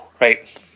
right